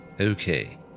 Okay